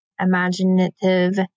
imaginative